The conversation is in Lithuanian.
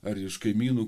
ar iš kaimynų